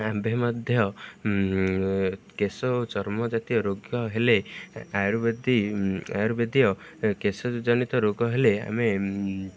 ଆମ୍ଭେ ମଧ୍ୟ କେଶ ଓ ଚର୍ମଜାତୀୟ ରୋଗ ହେଲେ ଆୟୁର୍ବେଦିକ ଆୟୁର୍ବେଦିୟ କେଶ ଜନିତ ରୋଗ ହେଲେ ଆମେ